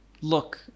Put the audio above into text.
look